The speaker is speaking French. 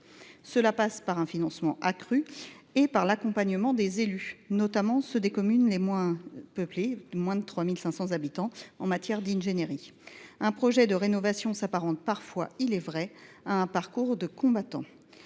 Cela passe par un financement accru et par l’accompagnement des élus, notamment ceux des communes les moins peuplées, de moins de 3 500 habitants, en matière d’ingénierie ; il est vrai qu’un projet de rénovation s’apparente parfois à un parcours du combattant